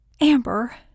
Amber